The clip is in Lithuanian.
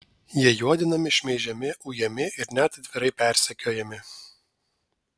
jie juodinami šmeižiami ujami ir net atvirai persekiojami